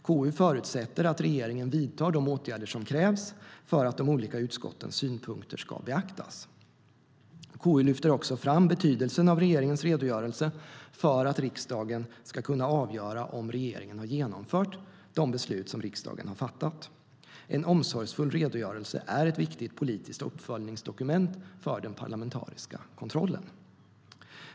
KU förutsätter att regeringen vidtar de åtgärder som krävs för att de olika utskottens synpunkter ska beaktas. KU lyfter också fram betydelsen av regeringens redogörelse för att riksdagen ska kunna avgöra om regeringen har genomfört de beslut som riksdagen har fattat. En omsorgsfull redogörelse är ett viktigt politiskt uppföljningsdokument för den parlamentariska kontrollen.